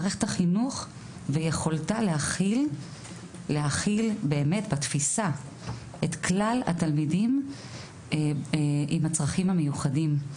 מערכת החינוך ויכולתה להכיל בתפיסה את כלל התלמידים עם הצרכים המיוחדים.